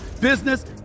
business